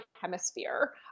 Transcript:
hemisphere